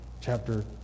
chapter